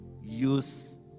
use